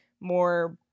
more